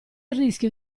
rischio